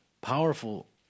Powerful